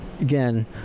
Again